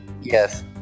Yes